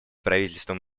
правительством